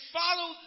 follow